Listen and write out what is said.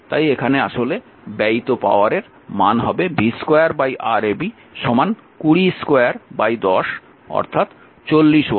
তাই এখানে আসলে ব্যয়িত পাওয়ারের মান হবে v2 Rab 2 10 40 ওয়াট